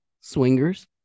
swingers